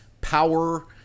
Power